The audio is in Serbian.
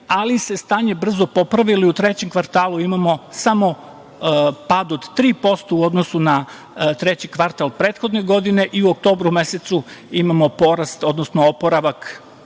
ali se stanje brzo popravilo i u trećem kvartalu imamo samo pad od 3% u odnosu na treći kvartal prethodne godine i u oktobru mesecu imamo porast, odnosno oporavak,